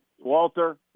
Walter